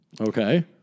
Okay